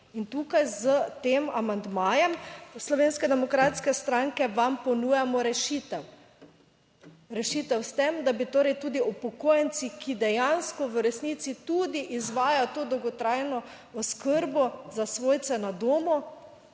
In tukaj s tem amandmajem Slovenske demokratske stranke vam ponujamo rešitev, rešitev s tem, da bi torej tudi upokojenci, ki dejansko v resnici tudi izvajajo to dolgotrajno oskrbo za svojce na domu,